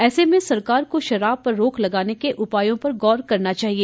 ऐसे में सरकार को शराब पर रोक लगाने के उपायों पर गौर करना चाहिए